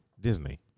Disney